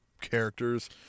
characters